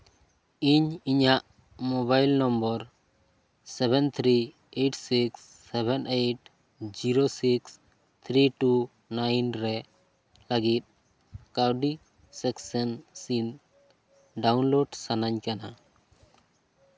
ᱤᱧ ᱤᱧᱟᱹᱜ mobile number seven three eight six seven eight zero six three two nine ᱨᱮ ᱞᱟᱹᱜᱤᱫ ᱠᱟᱹᱣᱰᱤ ᱥᱮᱠᱥᱮᱱ ᱥᱤᱱ ᱰᱟᱣᱩᱱᱞᱳᱰ ᱥᱟᱱᱟᱧ ᱠᱟᱱᱟ